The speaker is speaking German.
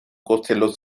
kostenlos